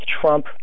Trump